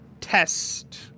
test